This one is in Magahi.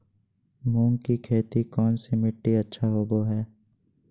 मूंग की खेती कौन सी मिट्टी अच्छा होबो हाय?